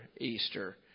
Easter